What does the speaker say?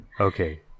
Okay